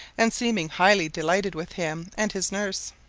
and seeming highly delighted with him and his nurse.